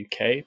UK